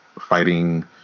fighting